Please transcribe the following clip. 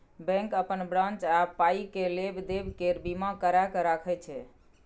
bank अपन branch आ पाइ केर लेब देब केर बीमा कराए कय राखय छै